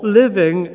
living